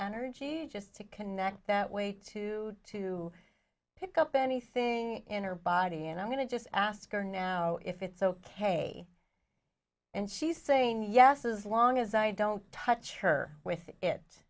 energy just to connect that way to to pick up anything in her body and i'm going to just ask her now if it's ok and she's saying yes as long as i don't touch her with it